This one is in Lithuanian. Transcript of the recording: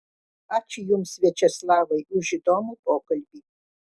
ačiū jums viačeslavai už įdomų pokalbį